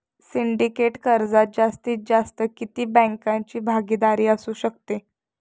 Syndicate कर्जात जास्तीत जास्त किती बँकांची भागीदारी असू शकते?